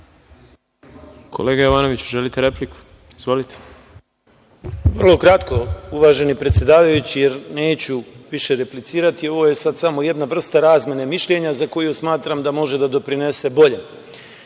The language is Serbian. Kolega Jovanoviću, želite repliku? Izvolite. **Neđo Jovanović** Vrlo kratko, uvaženi predsedavajući, jer neću više replicirati, ovo je sad samo jedna vrsta razmene mišljenja za koju smatram da može da doprinese